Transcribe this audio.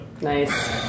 Nice